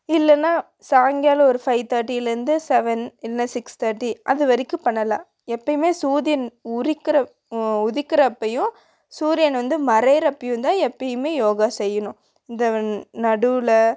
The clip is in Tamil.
இல்லைன்னா சாயங்காலம் ஒரு ஃபைவ் தேர்ட்டிலேருந்து செவன் இல்லைனா சிக்ஸ் தேட்டி அது வரைக்கும் பண்ணலாம் எப்போயுமே சூரியன் உறிக்கிற உதிக்கிறப்பையும் சூரியன் வந்து மறைகிறப்பையும் தான் எப்போயுமே யோகா செய்யணும் இந்த நடுவில்